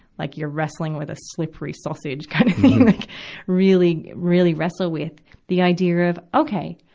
like you're wrestling with a slippery sausage kind of thing. like really, really wrestle with the idea of okay,